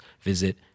visit